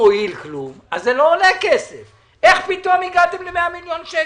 איך פתאום הגעתם ל-100 מיליון שקל?